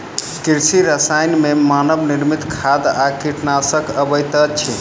कृषि रसायन मे मानव निर्मित खाद आ कीटनाशक अबैत अछि